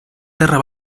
terra